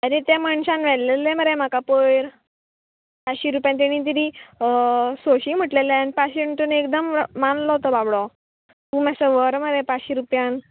आरे त्या मनशान व्हेल्लेलें मरे म्हाका पयर पांचशी रुपयान तेणी तरी सोशी म्हटलेले आनी पांचशी एकदम मानलो तो बाबडो तूं मात्सो व्हर मरे पांचशी रुपयान